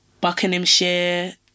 Buckinghamshire